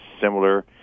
similar